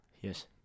Yes